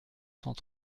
cent